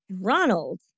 Ronald